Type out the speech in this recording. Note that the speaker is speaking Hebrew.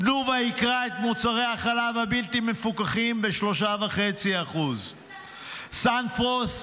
תנובה ייקרה את מוצרי החלב הבלתי-מפוקחים ב-3.5%; סנפרוסט,